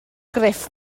gruff